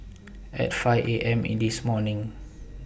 At five A M in This morning